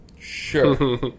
Sure